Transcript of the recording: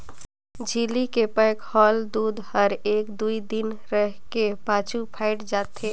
झिल्ली के पैक होवल दूद हर एक दुइ दिन रहें के पाछू फ़ायट जाथे